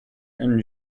and